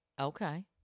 Okay